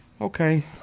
Okay